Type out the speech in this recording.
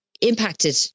impacted